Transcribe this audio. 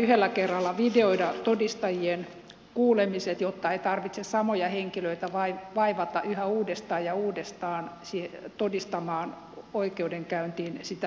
yhdellä kerralla videoida todistajien kuulemiset jotta ei tarvitse samoja henkilöitä vaivata yhä uudestaan ja uudestaan todistamaan oikeudenkäyntiin sitä samaista asiaa